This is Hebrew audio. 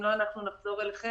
אם לא, אנחנו נחזור אליכם.